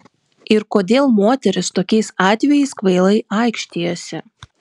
ir kodėl moterys tokiais atvejais kvailai aikštijasi